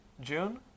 June